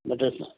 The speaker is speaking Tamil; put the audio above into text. மெட்டீரியல்ஸெலாம்